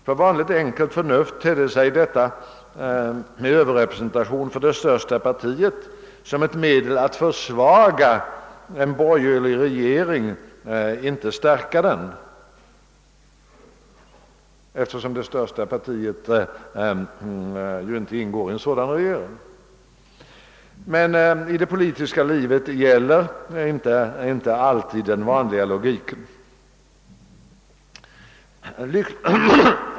För vanligt enkelt förnuft tedde sig detta med överrepresentation för det största partiet som ett medel att försvaga en borgerlig regering, inte att stärka den, eftersom det största partiet ju inte ingår i en sådan regering. Men i det politiska livet gäller inte alltid den vanliga logiken.